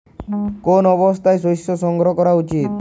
কোন অবস্থায় শস্য সংগ্রহ করা উচিৎ?